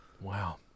Wow